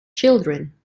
children